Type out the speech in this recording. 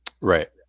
right